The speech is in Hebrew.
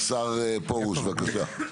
השר פרוש, בבקשה.